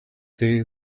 day